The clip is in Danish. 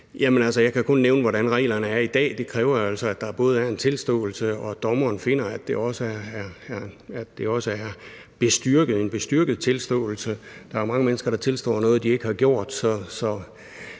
Jeg kan kun nævne, hvordan reglerne er i dag. Det kræver jo altså, at der både er en tilståelse, og at dommeren finder, at det også er en bestyrket tilståelse. Der er mange mennesker, der tilstår noget, de ikke har gjort.